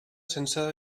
sense